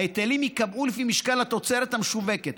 ההיטלים ייקבעו לפי משקל התוצרת המשווקת.